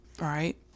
right